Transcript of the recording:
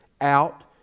out